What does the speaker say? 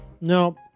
No